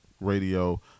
radio